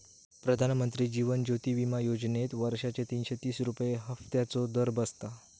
प्रधानमंत्री जीवन ज्योति विमा योजनेत वर्षाचे तीनशे तीस रुपये हफ्त्याचो दर बसता